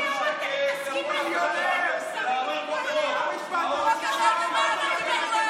מה קרה לכם?